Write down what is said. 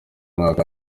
mwaka